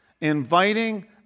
inviting